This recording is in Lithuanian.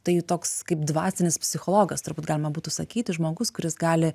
tai toks kaip dvasinis psichologas turbūt galima būtų sakyti žmogus kuris gali